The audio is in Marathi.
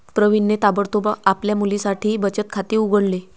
प्रवीणने ताबडतोब आपल्या मुलीसाठी बचत खाते उघडले